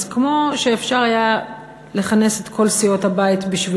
אז כמו שאפשר היה לכנס את כל סיעות הבית בשביל